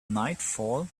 nightfall